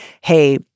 hey